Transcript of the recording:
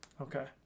Okay